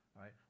right